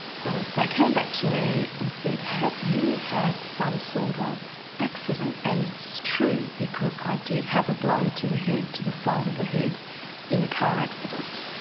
so they came back to me and said have you had some sort of accident and it's true, because i did have a blow to the head, to the side of the head in a car accident.